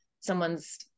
Someone's